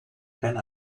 kein